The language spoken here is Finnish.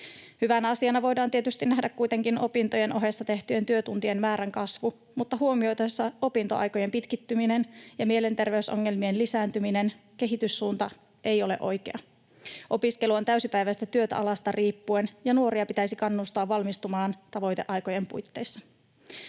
Hyvänä asiana voidaan tietysti nähdä opintojen ohessa tehtyjen työtuntien määrän kasvu, mutta huomioitaessa opintoaikojen pitkittyminen ja mielenterveysongelmien lisääntyminen kehityssuunta ei ole oikea. Opiskelu on täysipäiväistä työtä alasta riippuen, ja nuoria pitäisi kannustaa valmistumaan tavoiteaikojen puitteissa.